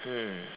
hmm